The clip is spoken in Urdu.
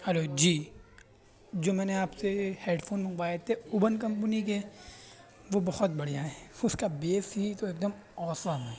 ہیلو جی جو میں نے آپ سے ہیڈ فون منگوائے تھے اوبن کمپنی کے وہ بہت بڑھیا ہیں اس کا بیس ہی تو ایک دم آسم ہے